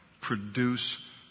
produce